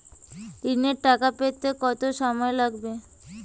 ঋণের টাকা পেতে কত সময় লাগবে?